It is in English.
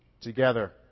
together